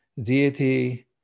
deity